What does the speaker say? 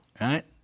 right